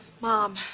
Mom